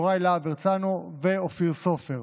יוראי להב הרצנו ואופיר סופר.